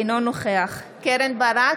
אינו נוכח קרן ברק,